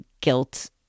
guilt